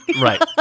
right